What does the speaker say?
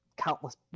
Countless